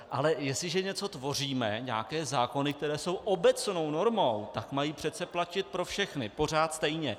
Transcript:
Ale jestliže něco tvoříme, nějaké zákony, které jsou obecnou normou, tak mají přece platit pro všechny pořád stejně.